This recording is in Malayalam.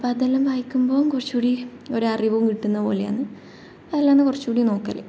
അപ്പോൾ അതെല്ലാം വായിക്കുമ്പോൾ കുറച്ചുകൂടി ഒരു അറിവ് കിട്ടുന്നത് പോലെയാണ് അതെല്ലാം ആണ് കുറച്ചു കൂടി നോക്കല്